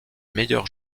meilleure